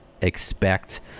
expect